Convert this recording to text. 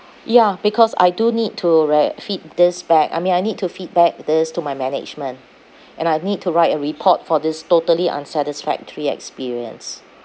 ya because I do need to write feed this back I mean I need to feedback this to my management and I need to write a report for this totally unsatisfactory experience